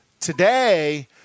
today